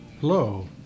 Hello